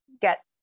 get